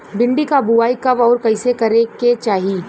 भिंडी क बुआई कब अउर कइसे करे के चाही?